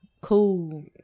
Cool